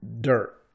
dirt